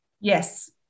Yes